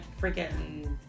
freaking